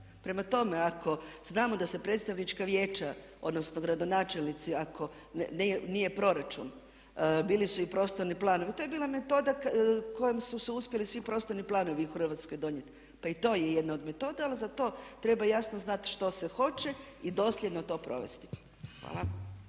Prema tome ako znamo da se predstavnička vijeća, odnosno gradonačelnici ako nije proračun, bili su i prostorni planovi, to je bila metoda kojom su se uspjeli svi prostorni planovi u Hrvatskoj donijeti, pa i to je jedna od metoda ali za to treba jasno znati što se hoće i dosljedno to provesti. Hvala.